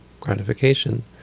gratification